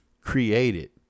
created